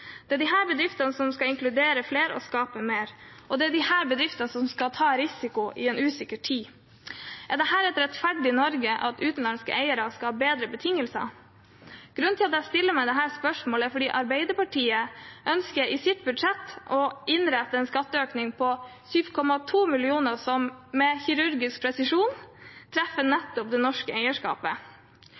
Det er disse bedriftene som skal inkludere flere og skape mer. Og det er disse bedriftene som skal ta risiko i en usikker tid. Er dette et rettferdig Norge – at utenlandske eiere skal ha bedre betingelser? Grunnen til at jeg stiller meg dette spørsmålet er at Arbeiderpartiet i sitt budsjett ønsker å innrette en skatteøkning på 7,2 mill. kr som med kirurgisk presisjon treffer nettopp det norske eierskapet.